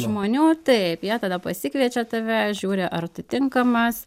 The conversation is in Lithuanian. žmonių taip jie tada pasikviečia tave žiūri ar tu tinkamas